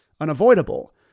unavoidable